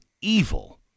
evil